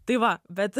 tai va bet